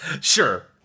Sure